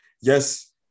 Yes